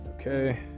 Okay